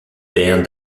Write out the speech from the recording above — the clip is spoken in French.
père